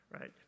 Right